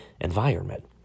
environment